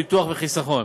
ביטוח וחיסכון.